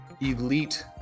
elite